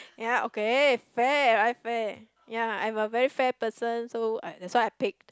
ya okay fair right fair ya I am a very fair person so that's why I paid